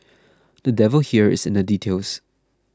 the devil here is in the details